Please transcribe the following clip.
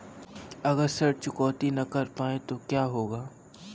अगर ऋण चुकौती न कर पाए तो क्या होगा?